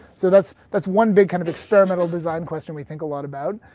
so that's that's one big kind of experimental design question we think a lot about.